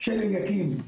של אליקים.